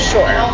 Sure